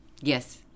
Yes